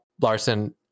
Larson